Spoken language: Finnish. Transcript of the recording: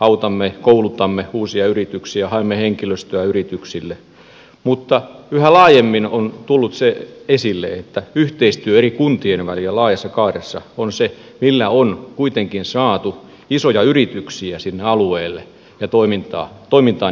autamme koulutamme uusia yrityksiä haemme henkilöstöä yrityksille mutta yhä laajemmin on tullut se esille että yhteistyö eri kuntien välillä laajassa kaaressa on se millä on kuitenkin saatu isoja yrityksiä sinne alueelle ja toimintaa niihin yrityksiin